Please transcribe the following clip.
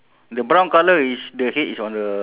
in front of the lady ah okay